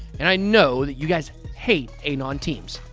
and i know that you guys hate anon teams.